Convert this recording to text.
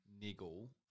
niggle